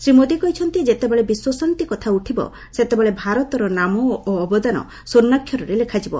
ଶ୍ରୀ ମୋଦି କହିଛନ୍ତି ଯେତେବେଳେ ବିଶ୍ୱଶାନ୍ତି କଥା ଉଠିବ ସେତେବେଳେ ଭାରତର ନାମ ଓ ଅବଦାନ ସ୍ୱର୍ଷ୍ଣାକ୍ଷରରେ ଲେଖାଯିବ